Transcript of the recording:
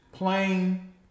Plain